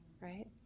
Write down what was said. right